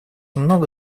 много